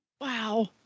Wow